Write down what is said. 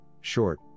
short